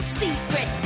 secret